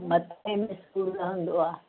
मथे में सूर रहंदो आहे